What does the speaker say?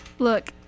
Look